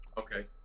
Okay